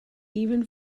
even